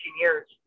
years